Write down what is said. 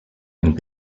and